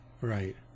Right